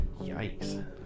yikes